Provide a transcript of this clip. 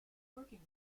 working